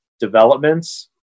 developments